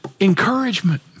encouragement